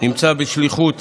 שנמצא בשליחות